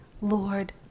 Lord